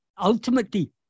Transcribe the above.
ultimately